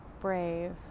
brave